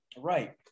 Right